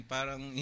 Parang